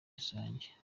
rusange